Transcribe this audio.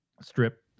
strip